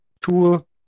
tool